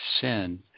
sin